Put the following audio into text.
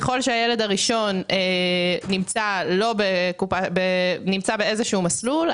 ככל שהילד הראשון נמצא באיזשהו מסלול,